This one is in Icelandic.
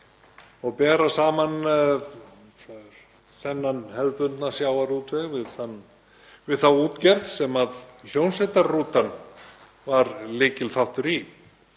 og bera saman þennan hefðbundna sjávarútveg við þá útgerð sem hljómsveitarrútan var lykilþáttur í.